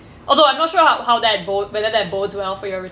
although I'm not sure how how that bodes whether that bodes well for your